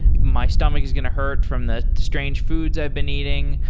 my stomach is going to hurt from the strange foods i've been eating.